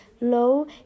low